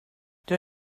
rydw